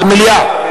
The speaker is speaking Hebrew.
מליאה.